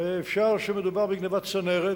הרי אפשר שמדובר בגנבת צנרת,